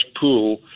pool